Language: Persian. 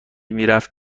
میرفت